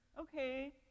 Okay